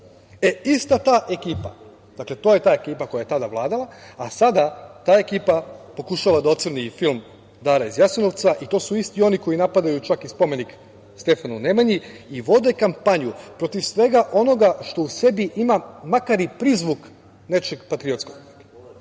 ista ta ekipa, dakle, to je ta ekipa koja je tada vladala, a sada ta ekipa pokušava da ocrni i film „Dara iz Jasenovca“ i to su isti oni koji napadaju čak i spomenik Stefanu Nemanji i vode kampanju protiv svega onoga što u sebi ima makar i prizvuk nečeg patriotskog.